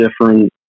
different